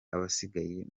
abasigaye